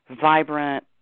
vibrant